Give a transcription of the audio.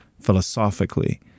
philosophically